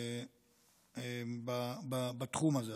בתחום הזה.